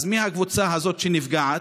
אז מי הקבוצה הזאת שנפגעת?